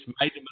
made